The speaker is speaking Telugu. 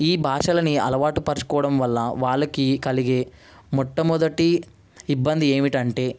ఈ భాషలని అలవాటుపరుచుకోవడం వల్ల వాళ్ళకి కలిగే మొట్టమొదటి ఇబ్బంది ఏమిటంటే